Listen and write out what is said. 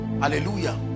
hallelujah